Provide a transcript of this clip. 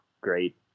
great